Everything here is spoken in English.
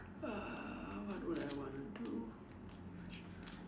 uh what would I want to do